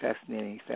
fascinating